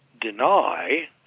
deny